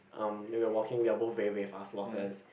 um when we're walking we are both very very fast walkers